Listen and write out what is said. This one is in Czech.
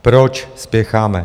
Proč spěcháme?